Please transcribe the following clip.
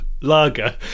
lager